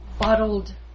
bottled